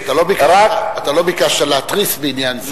אתה לא ביקשת להתריס בעניין זה.